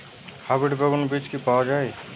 Hybrid বেগুন বীজ কি পাওয়া য়ায়?